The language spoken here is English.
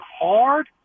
hard